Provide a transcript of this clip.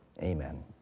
Amen